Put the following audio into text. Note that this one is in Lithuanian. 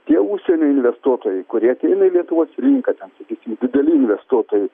tie užsienio investuotojai kurie ateina į lietuvos rinką ten sakysim dideli investuotojai